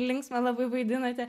linksmą labai vaidinote